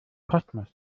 kosmos